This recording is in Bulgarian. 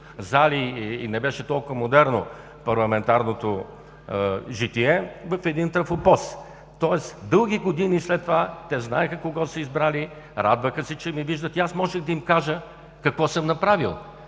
и не беше толкова модерно парламентарното житие – в един трафопост. Тоест дълги години след това те знаеха кого са избрали, радваха се, че ме виждат и аз можех да им кажа какво съм направил,